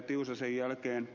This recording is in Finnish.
tiusasen jälkeen